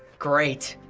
great.